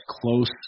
close